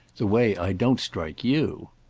the way i don't strike you.